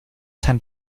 sent